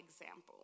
example